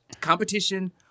Competition